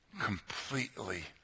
Completely